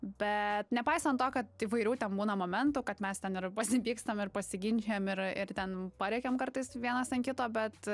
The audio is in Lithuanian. bet nepaisant to kad įvairių ten būna momentų kad mes ten ir pasipykstam ir pasiginčijam ir ir ten parėkiame kartais vienas ant kito bet